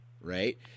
Right